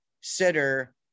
Sitter